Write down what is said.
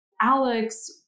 Alex